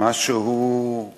בחשוון